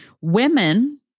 Women